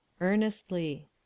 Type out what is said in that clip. Earnestly